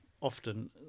often